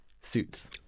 suits